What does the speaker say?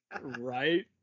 Right